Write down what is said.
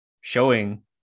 showing